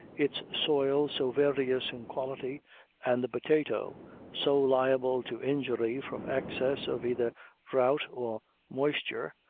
its soil so various in quality and the potato so liable to injury from excess of either drought or moisture,